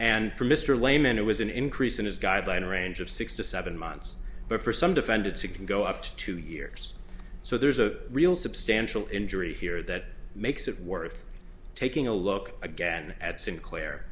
and for mr layman it was an increase in his guideline range of six to seven months but for some defended sick can go up to two years so there's a real substantial injury here that makes it worth taking a look again at sinclair